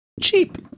cheap